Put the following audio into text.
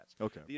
Okay